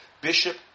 bishop